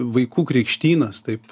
vaikų krikštynas taip